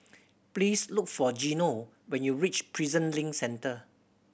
please look for Geno when you reach Prison Link Centre